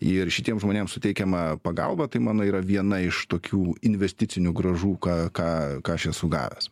ir šitiems žmonėms suteikiama pagalba tai mano yra viena iš tokių investicinių grąžų ką ką ką aš esu gavęs